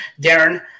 Darren